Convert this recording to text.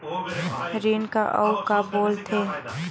ऋण का अउ का बोल थे?